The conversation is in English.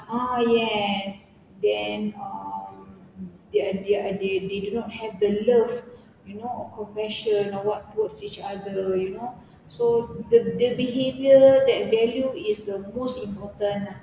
uh yes then um the their they do not have the love you know or compassion or what towards each other you know so the the behaviour that value is the most important lah